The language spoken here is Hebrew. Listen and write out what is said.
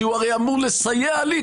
כי הוא הרי אמור לסייע לי,